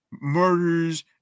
murders